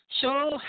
Show